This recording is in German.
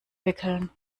wickeln